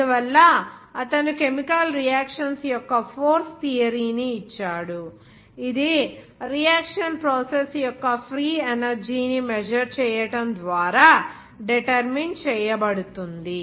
అందువల్ల అతను chemical reactions యొక్క ఫోర్స్ థియరీ ని ఇచ్చాడు ఇది రియాక్షన్ ప్రాసెస్ యొక్క ఫ్రీ ఎనర్జీ ని మెజర్ చేయడం ద్వారా డిటర్మిన్determine చేయబడుతుంది